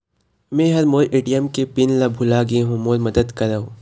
मै ह मोर ए.टी.एम के पिन ला भुला गे हों मोर मदद करौ